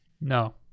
no